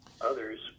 Others